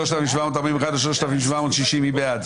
רוויזיה על הסתייגויות 3660-3641, מי בעד?